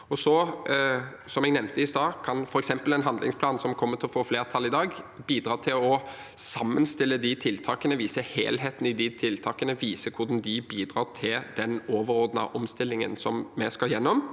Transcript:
Som jeg nevnte i stad, kan f.eks. en handlingsplan – som kommer til å få flertall i dag – bidra til å sammenstille de tiltakene, vise helheten i tiltakene og da vise hvordan de bidrar til den overordnede omstillingen vi skal gjennom.